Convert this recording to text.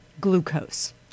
glucose